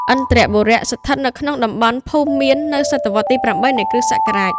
ឥន្ទ្របុរៈ ស្ថិតនៅក្នុងតំបន់ ភូមិមៀន នៅសតវត្សរ៍ទី៨ នៃគ្រិស្តសករាជ។